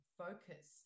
focus